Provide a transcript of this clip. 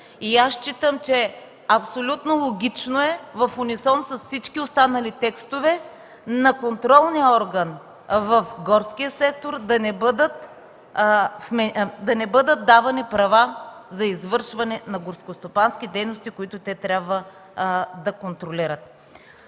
И аз считам, че абсолютно логично е, в унисон с всички останали текстове на контролния орган в горския сектор да не бъдат давани права за извършване на горскостопански дейности, които те трябва да контролират.